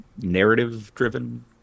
narrative-driven